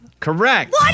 Correct